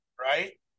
right